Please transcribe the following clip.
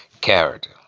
Character